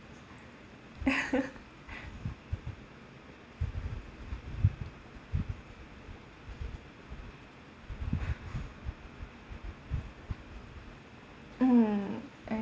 mm I